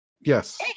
Yes